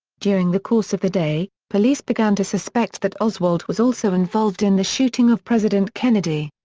during the course of the day, police began to suspect that oswald was also involved in the shooting of president kennedy.